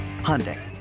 Hyundai